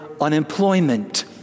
unemployment